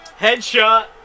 headshot